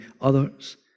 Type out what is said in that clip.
others